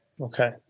Okay